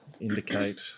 indicate